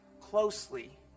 closely